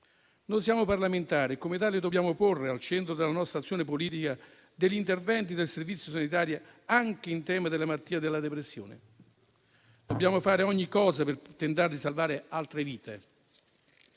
Noi siamo parlamentari e, come tali, dobbiamo porre al centro della nostra azione politica degli interventi nel Servizio sanitario nazionale anche sul tema della malattia della depressione. Dobbiamo fare ogni cosa per tentare di salvare altre vite,